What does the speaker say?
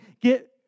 get